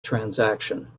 transaction